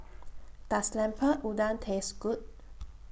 Does Lemper Udang Taste Good